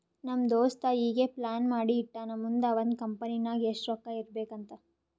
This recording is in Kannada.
ನಮ್ ದೋಸ್ತ ಈಗೆ ಪ್ಲಾನ್ ಮಾಡಿ ಇಟ್ಟಾನ್ ಮುಂದ್ ಅವಂದ್ ಕಂಪನಿ ನಾಗ್ ಎಷ್ಟ ರೊಕ್ಕಾ ಇರ್ಬೇಕ್ ಅಂತ್